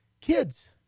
Kids